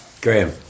Graham